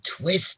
twist